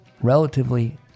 relatively